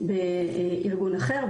באגון אחר,